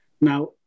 Now